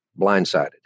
blindsided